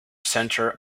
centre